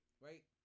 right